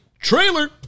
trailer